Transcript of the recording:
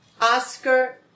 Oscar